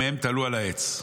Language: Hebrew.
ומהם תלו על העץ.